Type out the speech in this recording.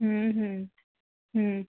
ହୁଁ ହୁଁ ହୁଁ